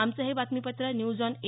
आमचं हे बातमीपत्र न्यूज ऑन ए